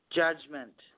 judgment